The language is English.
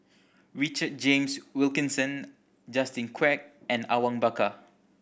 Richard James Wilkinson Justin Quek and Awang Bakar